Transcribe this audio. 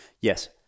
Yes